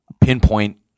pinpoint